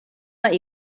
let